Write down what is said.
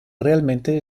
realmente